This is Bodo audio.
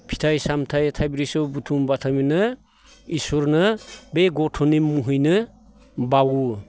फिथाइ सामथाय थाइब्रैसो बुथुम बाथामैनो इसरनो बे गथ'नि मुंहैनो बाउओ